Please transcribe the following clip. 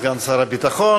סגן שר הביטחון.